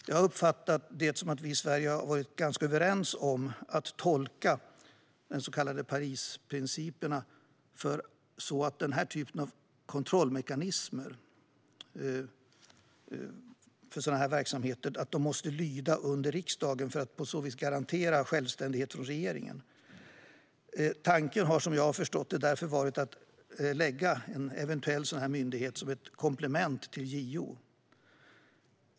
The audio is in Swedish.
Jag har uppfattat det som att vi i Sverige har varit ganska överens om att tolka de så kallade Parisprinciperna så att denna typ av kontrollmekanismer för sådana verksamheter måste lyda under riksdagen för att på så vis garanteras självständighet från regeringen. Som jag har förstått det har tanken därför varit att placera en eventuell sådan myndighet som ett komplement till JO.